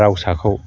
रावसाखौ